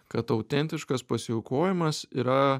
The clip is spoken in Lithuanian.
kad autentiškas pasiaukojimas yra